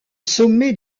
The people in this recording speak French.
sommet